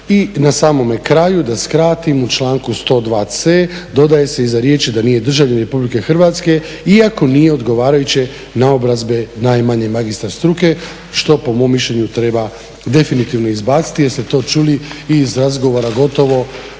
I na samome kraju da skratim u članku 102.c dodaje se iza riječi da nije državljanin RH i ako nije odgovarajuće naobrazbe najmanje magistar struke što po mom mišljenju treba definitivno izbaciti jer ste to čuli i iz razgovora gotovo